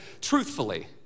truthfully